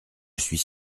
suis